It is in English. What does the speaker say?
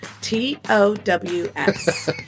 T-O-W-S